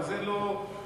אבל זה לא חיוני.